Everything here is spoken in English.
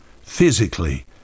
physically